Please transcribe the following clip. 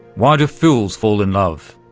why do fools fall in love?